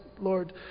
Lord